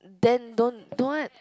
then don't don't want